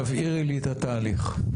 תבהירי לי את התהליך.